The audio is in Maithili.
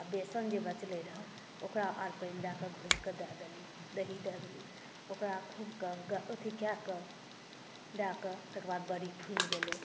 आ बेसन जे बचले रहय ओकरा आर पानि दै कऽ घोरिक दै देलिए दही दै देलिए ओकरा खूबकें अथी कए कऽ तकर बाद बड़ी फूलि गेलै